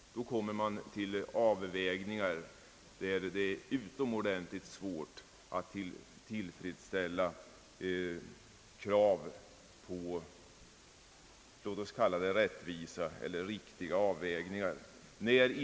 Då uppstår avvägningar, där det blir utomordentligt svårt att åstadkomma, låt oss kalla det, rättvisa eller riktiga avvägningar.